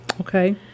Okay